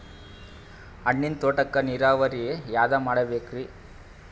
ಹಣ್ಣಿನ್ ತೋಟಕ್ಕ ನೀರಾವರಿ ಯಾದ ಮಾಡಬೇಕ್ರಿ?